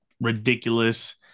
ridiculous